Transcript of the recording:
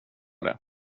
det